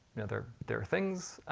yeah they're they're things.